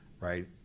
Right